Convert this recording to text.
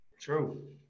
True